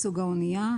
האנייה.